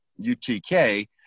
UTK